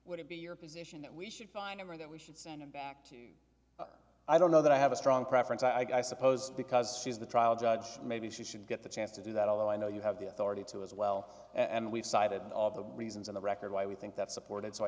would it be your position that we should find him or that we should send him back to i don't know that i have a strong preference i suppose because she's the trial judge maybe she should get the chance to do that although i know you have the authority to as well and we've cited the reasons in the record why we think that supported so i